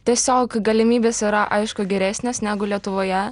tiesiog galimybės yra aišku geresnės negu lietuvoje